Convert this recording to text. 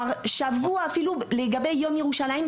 צריך בערך שבוע שבו בכל יום יעלו